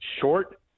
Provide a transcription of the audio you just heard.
Short